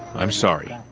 i'm sorry.